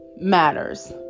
matters